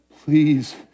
Please